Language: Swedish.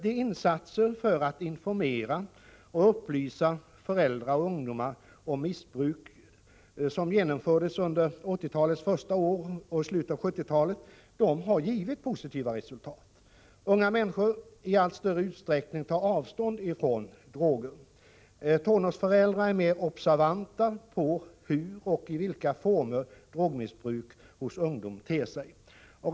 De insatser för att informera och upplysa föräldrar och ungdomar om missbruk vilka genomfördes i slutet av 1970-talet och under 1980-talets första år har givit positiva resultat. Unga människor tar nu i allt större utsträckning avstånd från droger. Tonårsföräldrar är mer observanta på hur och i vilka former drogmissbruk hos ungdomar visar sig.